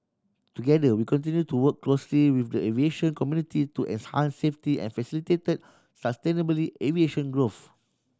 together we continue to work closely with the aviation community to safety and facilitate sustainably aviation growth